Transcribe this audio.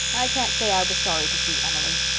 i can't say i was sorry to see emily.